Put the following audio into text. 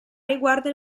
riguarda